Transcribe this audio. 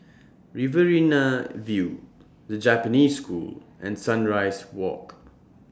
Riverina View The Japanese School and Sunrise Walk